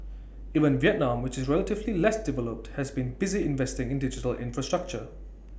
even Vietnam which is relatively less developed has been busy investing in digital infrastructure